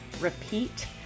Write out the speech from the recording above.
repeat